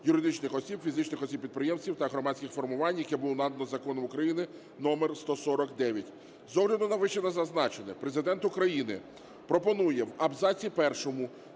юридичних осіб, фізичних осіб - підприємців та громадських формувань, яке було надано Законом України №1409. З огляду на вище зазначене Президент України пропонує в абзаці 1